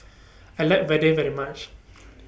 I like Vadai very much